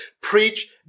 Preach